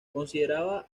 consideraba